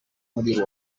muri